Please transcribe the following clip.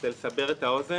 כדי לסבר את האוזן,